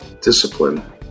discipline